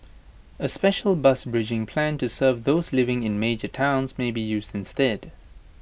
A special bus bridging plan to serve those living in major towns may be used instead